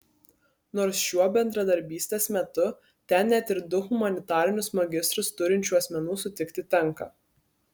nors šiuo bedarbystės metu ten net ir du humanitarinius magistrus turinčių asmenų sutikti tenka